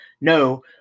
No